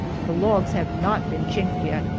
the logs have not been chinked yet,